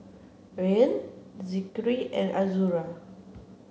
Rayyan Zikri and Azura